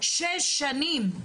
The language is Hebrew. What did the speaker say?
במשך שש שנים,